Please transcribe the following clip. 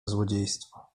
złodziejstwo